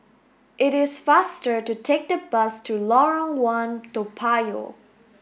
it is faster to take the bus to Lorong One Toa Payoh